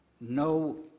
no